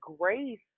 grace